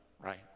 right